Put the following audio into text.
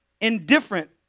indifferent